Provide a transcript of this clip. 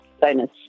Bonus